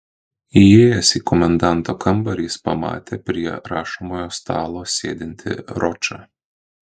įėjęs į komendanto kambarį jis pamatė prie rašomojo stalo sėdintį ročą